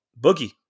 Boogie